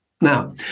Now